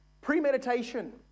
Premeditation